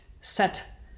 set